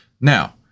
Now